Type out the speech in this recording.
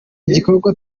igikorwa